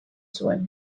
zuen